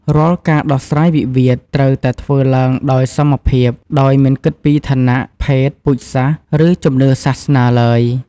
រាល់ការដោះស្រាយវិវាទ ត្រូវតែធ្វើឡើងដោយសមភាព ដោយមិនគិតពីឋានៈ ភេទ ពូជសាសន៍ ឬជំនឿសាសនាឡើយ។